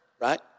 right